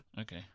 Okay